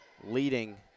leading